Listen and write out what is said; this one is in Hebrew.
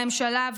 הממשלה,